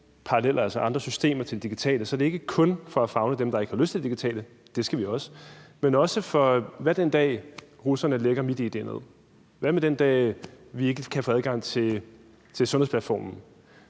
paralleller, altså andre systemer end de digitale, er det ikke kun for at favne dem, der ikke har lyst til det digitale – det skal vi også. Men hvad med den dag, hvor russerne lægger MitID ned? Hvad med den dag, hvor vi ikke kan få adgang til Sundhedsplatformen?